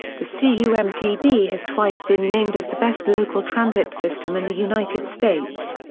the c u mtd has twice been named as the best local transit system in the united states.